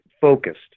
focused